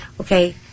Okay